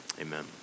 amen